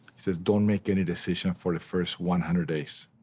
says don't make any decisions for the first one hundred days.